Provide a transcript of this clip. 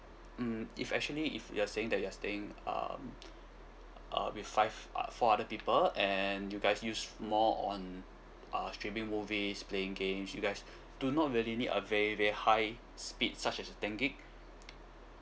um if actually if you are saying that you are staying um uh with five uh four other people and you guys use more on uh streaming movies playing games you guys do not really need a very very high speed such as the ten gig